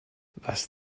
was